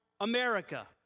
America